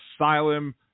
asylum